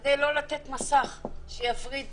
כדי שלא יהיה מסך שיפריד